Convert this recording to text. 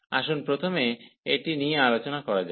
আসুন প্রথমে এটি নিয়ে আলোচনা করা যাক